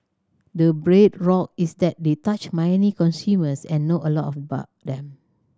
the bedrock is that they touch many consumers and know a lot of about them